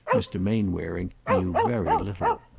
mr. mainwaring knew very little.